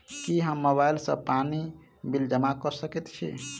की हम मोबाइल सँ पानि बिल जमा कऽ सकैत छी?